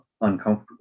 uncomfortable